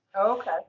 Okay